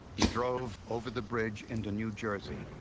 he drove over the bridge into new jersey,